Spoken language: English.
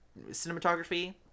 cinematography